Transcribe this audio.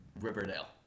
Riverdale